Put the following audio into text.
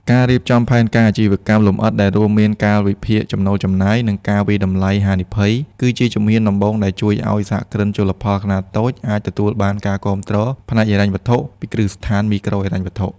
ការរៀបចំផែនការអាជីវកម្មលម្អិតដែលរួមមានការវិភាគចំណូល-ចំណាយ និងការវាយតម្លៃហានិភ័យ គឺជាជំហានដំបូងដែលជួយឱ្យសហគ្រិនជលផលខ្នាតតូចអាចទទួលបានការគាំទ្រផ្នែកហិរញ្ញវត្ថុពីគ្រឹះស្ថានមីក្រូហិរញ្ញវត្ថុ។